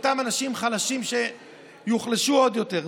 שאותם אנשים חלשים יוחלשו עוד יותר.